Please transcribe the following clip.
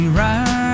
right